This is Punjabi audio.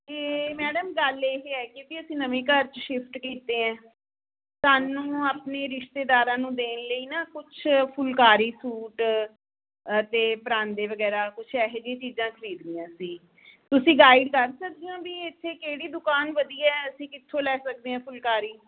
ਅਤੇ ਮੈਡਮ ਗੱਲ ਇਹ ਹੈ ਕਿ ਵੀ ਅਸੀਂ ਨਵੇਂ ਘਰ 'ਚ ਸ਼ਿਫਟ ਕੀਤੇ ਹੈ ਸਾਨੂੰ ਆਪਣੇ ਰਿਸ਼ਤੇਦਾਰਾਂ ਨੂੰ ਦੇਣ ਲਈ ਨਾ ਕੁਛ ਫੁਲਕਾਰੀ ਸੂਟ ਅਤੇ ਪਰਾਂਦੇ ਵਗੈਰਾ ਕੁਝ ਇਹੋ ਜਿਹੀ ਚੀਜ਼ਾਂ ਖਰੀਦਣੀਆਂ ਸੀ ਤੁਸੀਂ ਗਾਈਡ ਕਰ ਸਕਦੇ ਹੋ ਵੀ ਇੱਥੇ ਕਿਹੜੀ ਦੁਕਾਨ ਵਧੀਆ ਅਸੀਂ ਕਿੱਥੋਂ ਲੈ ਸਕਦੇ ਹਾਂ ਫੁਲਕਾਰੀ